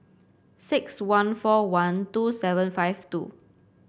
six one four one two seven five two